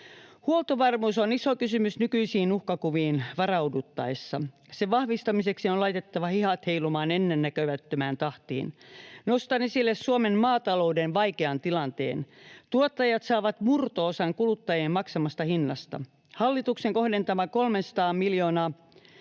Huoltovarmuus on iso kysymys nykyisiin uhkakuviin varauduttaessa. Sen vahvistamiseksi on laitettava hihat heilumaan ennennäkemättömään tahtiin. Nostan esille Suomen maatalouden vaikean tilanteen. Tuottajat saavat murto-osan kuluttajien maksamasta hinnasta. Hallituksen kohdentama 300 miljoonan